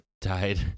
died